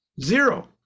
Zero